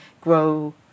grow